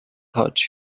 taught